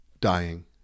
dying